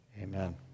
amen